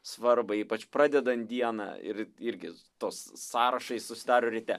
svarbą ypač pradedant dieną ir irgi tos sąrašą jis susidaro ryte